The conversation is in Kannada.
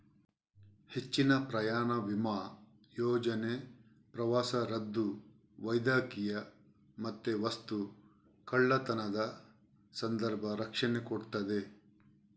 ಹೆಚ್ಚಿನ ಪ್ರಯಾಣ ವಿಮಾ ಯೋಜನೆ ಪ್ರವಾಸ ರದ್ದು, ವೈದ್ಯಕೀಯ ಮತ್ತೆ ವಸ್ತು ಕಳ್ಳತನದ ಸಂದರ್ಭ ರಕ್ಷಣೆ ಕೊಡ್ತದೆ